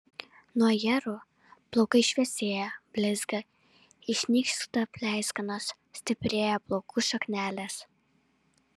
nuo ajerų plaukai šviesėja blizga išnyksta pleiskanos stiprėja plaukų šaknelės